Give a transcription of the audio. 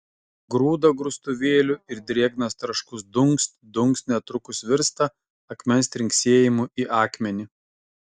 grūda grūstuvėliu ir drėgnas traškus dunkst dunkst netrukus virsta akmens trinksėjimu į akmenį